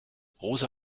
rosa